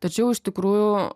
tačiau iš tikrųjų